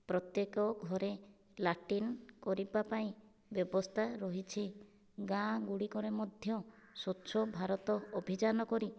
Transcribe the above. ପ୍ରତ୍ୟେକ ଘରେ ଲାଟ୍ରିନ କରିବାପାଇଁ ବ୍ୟବସ୍ଥା ରହିଛି ଗାଁ ଗୁଡ଼ିକରେ ମଧ୍ୟ ସ୍ୱଚ୍ଛଭାରତ ଅଭିଯାନ କରି